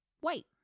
white